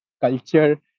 culture